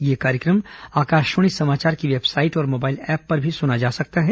यह कार्यक्रम आकाशवाणी समाचार की वेबसाइट और मोबइल ऐप पर भी सुना जा सकता है